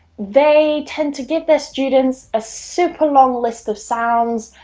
they tend to give their students a super long list of sounds,